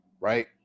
right